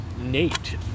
Nate